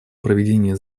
проведение